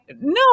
no